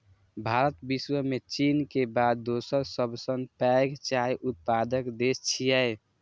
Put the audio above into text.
भारत विश्व मे चीन के बाद दोसर सबसं पैघ चाय उत्पादक देश छियै